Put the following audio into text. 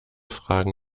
fragen